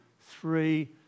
three